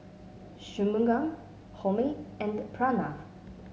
Shunmugam Homi and Pranav